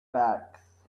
backs